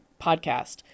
podcast